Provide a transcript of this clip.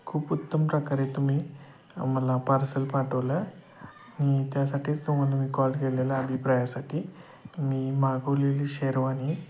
खूप उत्तम प्रकारे तुम्ही मला पार्सल पाठवलं आणि त्यासाठीच तुम्हाला मी कॉल केलेला अभिप्रायासाठी मी मागवलेली शेरवानी